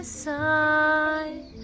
side